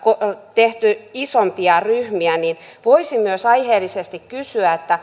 tehty isompia ryhmiä voisi myös aiheellisesti kysyä